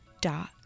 dot